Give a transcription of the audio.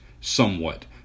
somewhat